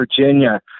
Virginia